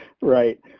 Right